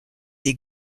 des